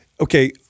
Okay